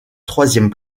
troisième